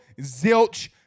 zilch